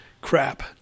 Crap